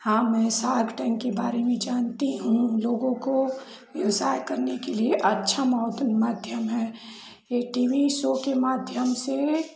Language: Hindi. हाँ मैं शार्क टैन्क के बारे में जानती हूँ लोगों को व्यवसाय करने के लिए अच्छा बहुत माध्यम है यह टी वी शो के माध्यम से